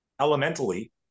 elementally